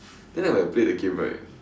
then when I play that game right